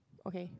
okay